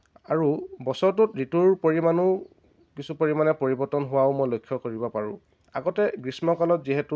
আৰু বছৰটোত ঋতুৰ পৰিমাণো কিছু পৰিমাণে পৰিৱৰ্তন হোৱাও মই লক্ষ্য কৰিব পাৰোঁ আগতে গ্ৰীষ্ম কালত যিহেতু